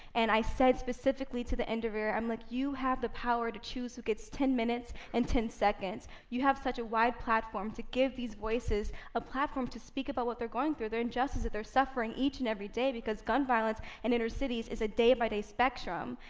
and i said specifically to the interviewer, i'm like, you have the power to choose who gets ten minutes and ten seconds. you have such a wide platform to give these voices a platform to speak about what they're going through, their injustice that they're suffering each and every day, because gun violence in inner cities is a day-by-day spectrum.